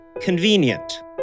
Convenient